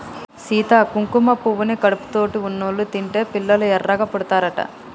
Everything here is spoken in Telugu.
సీత కుంకుమ పువ్వుని కడుపుతోటి ఉన్నోళ్ళు తింటే పిల్లలు ఎర్రగా పుడతారట